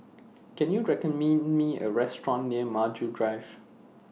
Can YOU Me A Restaurant near Maju Drive